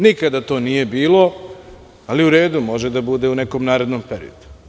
Nikada to nije bilo, ali u redu, to može da bude u nekom narednom periodu.